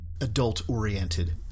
adult-oriented